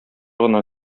гына